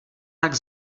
tak